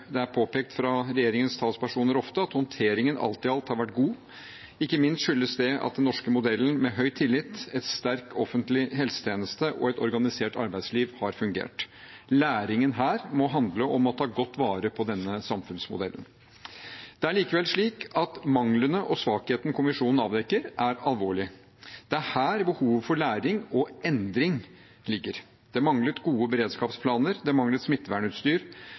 det er påpekt fra regjeringens talspersoner ofte, at håndteringen alt i alt har vært god. Ikke minst skyldes det at den norske modellen, med høy tillit, en sterk offentlig helsetjeneste og et organisert arbeidsliv, har fungert. Læringen her må handle om å ta godt vare på denne samfunnsmodellen. Det er likevel slik at manglene og svakhetene kommisjonen avdekker, er alvorlige. Det er her behovet for læring og endring ligger. Det manglet gode beredskapsplaner, det manglet